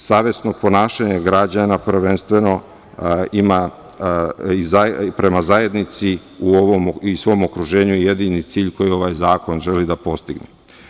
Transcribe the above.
Savesno ponašanje građana prvenstveno prema zajednici i svom okruženju ima jedini cilj koji ovaj zakon želi da postigne.